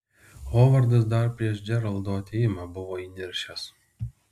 hovardas dar prieš džeraldo atėjimą buvo įniršęs